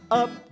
up